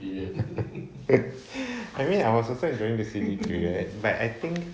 I mean I was really enjoying the C_B period but I think